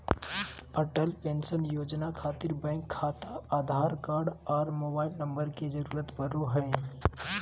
Atal pension योजना खातिर bank खाता आधार कार्ड आर मोबाइल नम्बर के जरूरत परो हय